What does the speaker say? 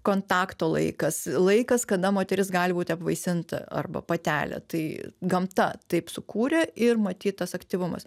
kontakto laikas laikas kada moteris gali būti apvaisinta arba patelė tai gamta taip sukūrė ir matyt tas aktyvumas